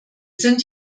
sind